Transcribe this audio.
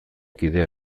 kidea